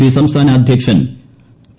P സംസ്ഥാന അധ്യക്ഷൻ P